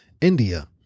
india